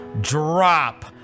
Drop